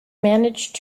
managed